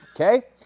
okay